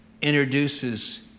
introduces